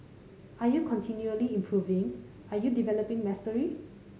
are you continually improving are you developing mastery